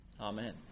Amen